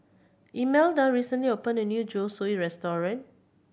Imelda recently opened a new Zosui Restaurant